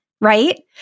right